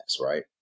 Right